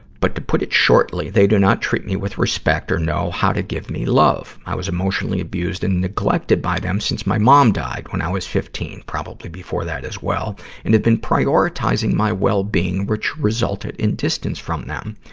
but to put it shortly, they do not treat me with respect or know how to give me love. i was emotionally abused and neglected by them since my mom died when i was fifteen probably before that as well and had been prioritizing my well-being, which resulted in distance from them.